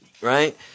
right